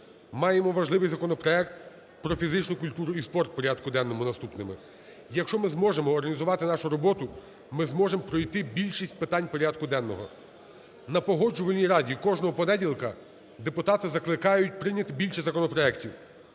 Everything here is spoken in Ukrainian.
маємо важливий законопроект про фізичну культуру і спорт в порядку денному наступними. Якщо ми зможемо організувати нашу роботу, ми зможемо пройти більшість питань порядку денного. На Погоджувальній раді кожного понеділка депутати закликають прийняти більше законопроектів,